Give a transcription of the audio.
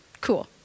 cool